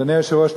אדוני היושב-ראש,